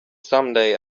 someday